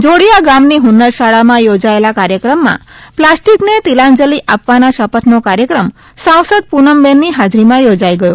જોડીયા ગામની ફન્નર શાળામાં યોજાયેલા કાર્યક્રમમાં પ્લાસ્ટીકને તિલાંજલી આદ વાના શ થનો કાર્યક્રમ સાંસદ પુનમબેનની હાજરીમાં યોજાઈ ગયો